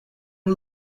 and